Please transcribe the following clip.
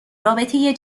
رابطه